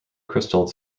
crystal